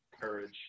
courage